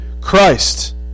Christ